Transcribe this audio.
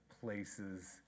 places